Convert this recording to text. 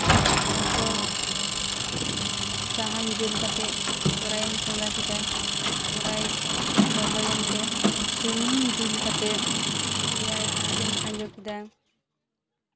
ᱛᱟᱨᱯᱚᱨ ᱥᱟᱦᱟᱱ ᱡᱩᱞ ᱠᱟᱛᱮᱫ ᱠᱚᱲᱟᱭ ᱮᱢ ᱪᱚᱸᱫᱟ ᱠᱮᱫᱟ ᱠᱚᱲᱟᱭ ᱞᱚᱞᱚᱭᱮᱱᱛᱮ ᱥᱩᱱᱩᱢ ᱫᱩᱞ ᱠᱟᱛᱮᱫ ᱯᱮᱸᱭᱟᱡᱽ ᱮᱢ ᱠᱷᱟᱸᱡᱚ ᱠᱮᱫᱟ